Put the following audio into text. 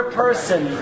person